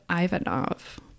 Ivanov